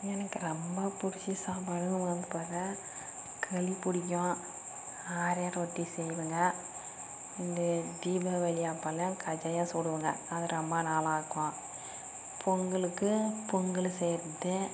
எனக்கு ரொம்ப பிடிச்ச சாப்பாடுன்னு வந்து பார்த்தா களி பிடிக்கும் ஆரிய ரொட்டி செய்வேங்க இந்த தீபாவளி அப்போலாம் கஜையா சுடுவங்க அது ரொம்ப நல்லாயிருக்கும் பொங்கலுக்கு பொங்கல் செய்யுவது